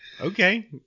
Okay